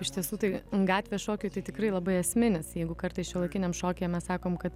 iš tiesų tai gatvės šokiui tai tikrai labai esminis jeigu kartais šiuolaikiniam šokyje mes sakom kad